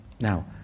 now